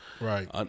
Right